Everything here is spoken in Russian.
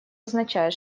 означает